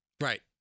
Right